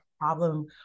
problem